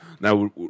now